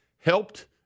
helped